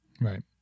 Right